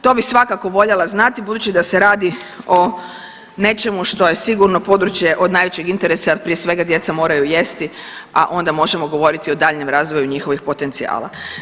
To bi svakako voljela znati budući da se radi o nečemu što je sigurno područje od najvećeg interesa jer prije svega djeca moraju jesti, a onda možemo govoriti o daljnjem razvoju njihovih potencijala.